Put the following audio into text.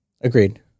Agreed